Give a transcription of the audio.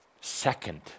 second